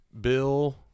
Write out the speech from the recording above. Bill